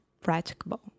practicable